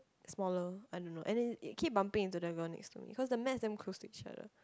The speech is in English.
smaller I don't know and then it keep bumping into the girl next to me cause the mats damn close to each other